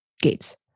gates